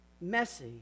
messy